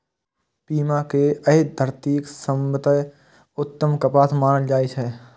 पीमा कें एहि धरतीक सबसं उत्तम कपास मानल जाइ छै